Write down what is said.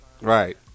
Right